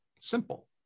Simple